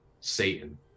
Satan